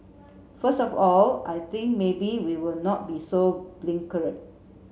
first of all I think maybe we will not be so blinkered